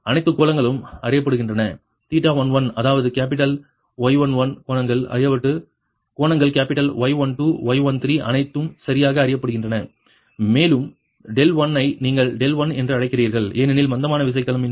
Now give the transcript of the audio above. அனைத்து கோணங்களும் அறியப்படுகின்றன 11 அதாவது கேப்பிட்டல் Y11 கோணங்கள் அறியப்பட்ட கோணங்கள் கேப்பிட்டல் Y12 Y13 அனைத்தும் சரியாக அறியப்படுகின்றன மேலும் 1 ஐ நீங்கள் 1 என்று அழைக்கிறீர்கள் ஏனெனில் மந்தமான விசைக்கலம் மின்னழுத்தம் 1